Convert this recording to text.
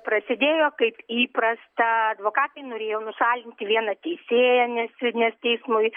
prasidėjo kaip įprasta advokatai norėjo nušalinti vieną teisėją nes nes teismui